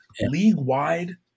league-wide